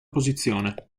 posizione